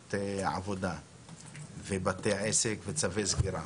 הפסקת עבודה ובתי עסק וצווי סגירה,